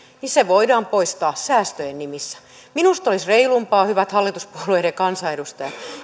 voidaan poistaa säästöjen nimissä minusta olisi reilumpaa hyvät hallituspuolueiden kansanedustajat